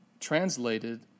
translated